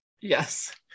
Yes